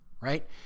right